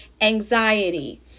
anxiety